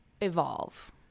evolve